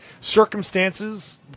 circumstances